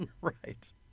Right